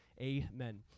Amen